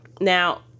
Now